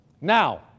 Now